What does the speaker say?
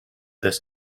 this